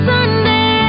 Sunday